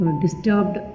disturbed